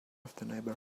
neighborhood